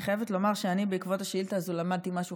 אני חייבת לומר שבעקבות השאילתה הזו למדתי משהו